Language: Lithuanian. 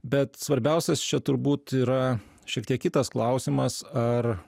bet svarbiausias čia turbūt yra šiek tiek kitas klausimas ar